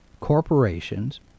Corporations